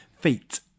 feet